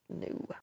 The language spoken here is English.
no